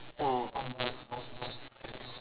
orh